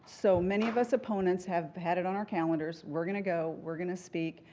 so many of us opponents have had it on our calendars. we're going to go. we're going to speak.